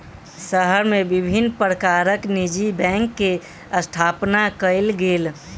शहर मे विभिन्न प्रकारक निजी बैंक के स्थापना कयल गेल